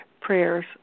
prayers